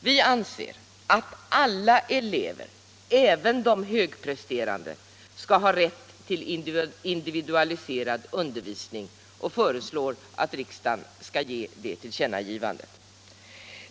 Vi anser att alla elever, även de högpresterande, skall ha rätt till m.m. individualiserad undervisning, och vi föreslår att riksdagen skall ge det till känna.